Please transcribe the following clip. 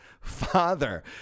father